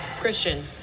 Christian